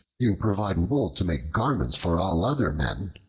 you provide wool to make garments for all other men,